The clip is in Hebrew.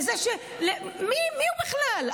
מי הוא בכלל?